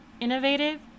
Innovative